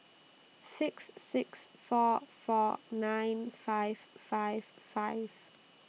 six six four four nine five five five